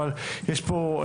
אבל יש פה,